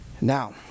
Now